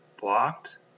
blocked